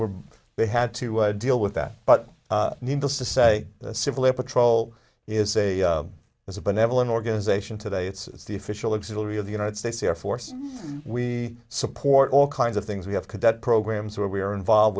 were they had to deal with that but needless to say the civil air patrol is a is a benevolent organization today it's the official exhilarate of the united states air force we support all kinds of things we have cadet programs where we are involved